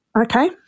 Okay